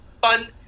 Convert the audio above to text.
Fun